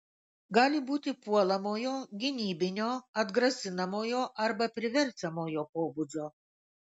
gali būti puolamojo gynybinio atgrasinamojo arba priverčiamojo pobūdžio